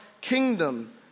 kingdom